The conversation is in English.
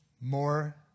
More